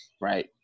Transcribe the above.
right